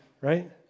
right